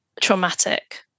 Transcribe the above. traumatic